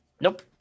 nope